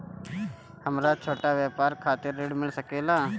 हमरा छोटा व्यापार खातिर ऋण मिल सके ला?